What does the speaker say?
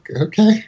Okay